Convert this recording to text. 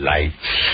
Lights